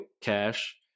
cash